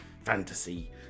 fantasy